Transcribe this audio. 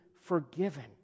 forgiven